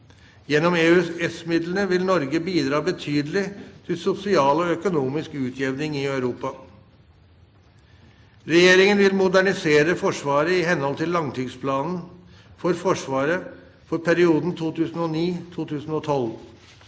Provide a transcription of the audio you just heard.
Gjennom EØS-midlene vil Norge bidra betydelig til sosial og økonomisk utjevning i Europa. Regjeringen vil modernisere Forsvaret i henhold til langtidsplanen for Forsvaret for perioden 2009–2012.